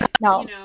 No